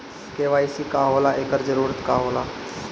KYC का होला एकर जरूरत का होला?